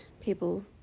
people